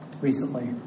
Recently